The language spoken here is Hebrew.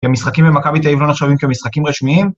כי המשחקים במכבי תל אביב לא נחשבים כמשחקים רשמיים.